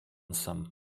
some